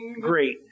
great